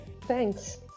Thanks